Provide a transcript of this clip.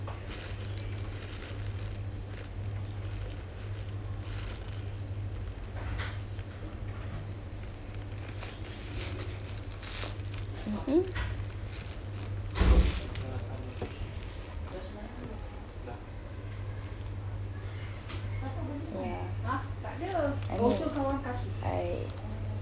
mmhmm ya I know I